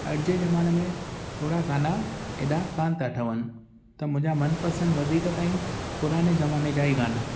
अॼु जे ज़माने में होड़ा गाना हेॾा कान था ठहनि त मुंहिंजा मनपसंद वधीक ताईं पुराने ज़माने जा ई गाना आहिनि